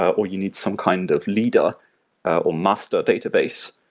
ah or you need some kind of leader or master database,